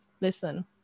listen